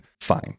Fine